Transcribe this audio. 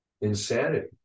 insanity